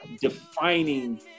defining